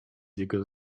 jego